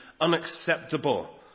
unacceptable